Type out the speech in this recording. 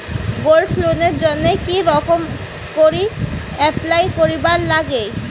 Gold লোনের জইন্যে কি রকম করি অ্যাপ্লাই করিবার লাগে?